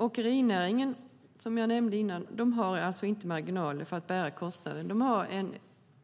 Åkerinäringen, som jag nämnde tidigare, har inte marginaler för att bära kostnaden. De har